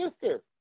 sister